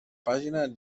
pàgina